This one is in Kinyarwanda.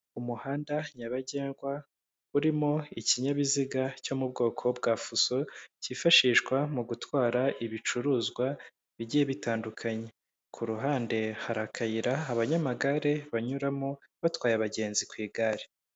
Umuhanda nyabagendwa urimo ikinyabiziga cyo mu bwoko bwa fuso cyifashishwa mu gutwara ibicuruzwa bigiye bitandukanye. Ku ruhande hari akayira abanyamagare banyuramo batwaye abagenzi ku igare.